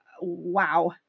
wow